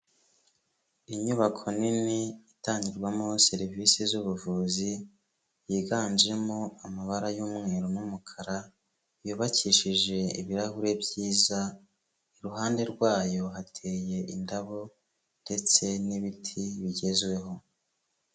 Inyubako nini itangirwamo serivisi z'ubuvuzi, yiganjemo amabara y'umweru n'umukara, yubakishije ibirahure byiza, iruhande rwayo hateye indabo ndetse n'ibiti bigezweho.